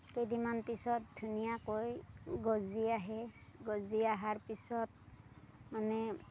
কেইদিনমান পিছত ধুনীয়াকৈ গজি আহে গজি অহাৰ পিছত মানে